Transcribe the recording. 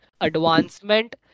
advancement